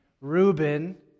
Reuben